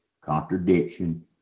contradiction